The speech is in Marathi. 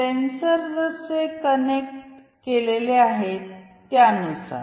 सेन्सर जसे कनेक्ट केलेले आहेत त्यानुसार